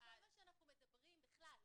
בכל מה שאנחנו מדברים בכלל,